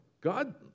God